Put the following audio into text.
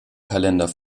kalender